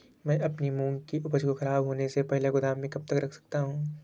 मैं अपनी मूंग की उपज को ख़राब होने से पहले गोदाम में कब तक रख सकता हूँ?